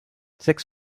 six